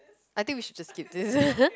I think we should just skip this